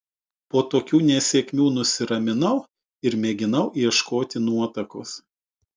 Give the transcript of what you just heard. po tokių nesėkmių nusiraminau ir mėginau ieškoti nuotakos